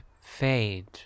fade